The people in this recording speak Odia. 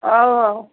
ହଉ ହଉ